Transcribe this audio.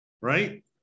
Right